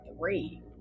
Three